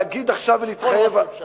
להגיד עכשיו ולהתחייב, כל ראש ממשלה.